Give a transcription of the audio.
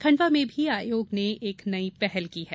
खंडवा में भी आयोग ने एक नई पहल की है